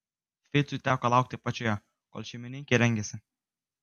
ficui teko laukti apačioje kol šeimininkė rengėsi